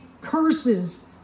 curses